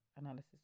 analysis